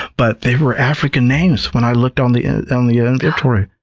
but they were african names. when i looked on the um the ah inventory,